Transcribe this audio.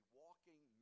walking